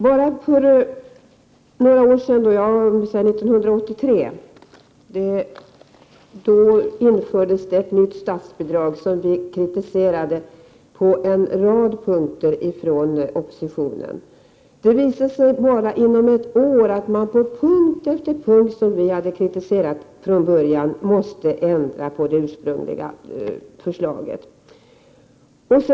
För några år sedan, 1983, infördes det ett nytt statsbidragssystem, som vi från oppositionen kritiserade på en rad punkter. Det visade sig inom bara ett år att man på punkt efter punkt som vi hade kritiserat från början, tvingades ändra på det ursprungliga förslaget.